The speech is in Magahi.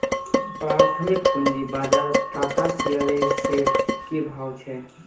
प्राथमिक पूंजी बाजारत टाटा शेयर्सेर की भाव छ